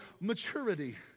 maturity